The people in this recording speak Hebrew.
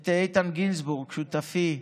את איתן גינזבורג, שותפי,